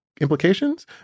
Implications